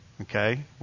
Okay